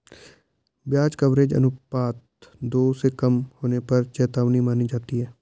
ब्याज कवरेज अनुपात दो से कम होने पर चेतावनी मानी जाती है